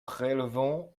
prélevons